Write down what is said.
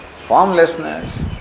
formlessness